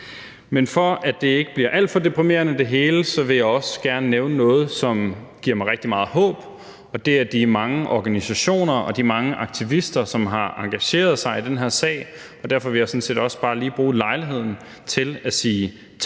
Men for at det hele ikke bliver alt for deprimerende, vil jeg også gerne nævne noget, som giver mig rigtig meget håb, og det er de mange organisationer og de mange aktivister, som har engageret sig i den her sag. Derfor vil jeg sådan set også bare lige bruge lejligheden til at sige tak